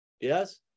Yes